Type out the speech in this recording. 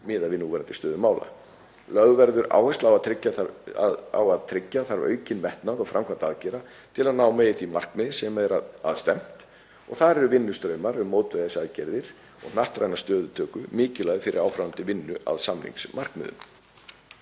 miðað við núverandi stöðu mála. Lögð verður áhersla á að tryggja þarf aukinn metnað í framkvæmd aðgerða til að ná megi því markmiði sem er að stefnt og þar eru vinnustraumar um mótvægisaðgerðir og hnattræna stöðutöku mikilvægir fyrir áframhaldandi vinnu að samningsmarkmiðum.